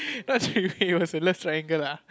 what three way it was a love triangle ah